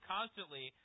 Constantly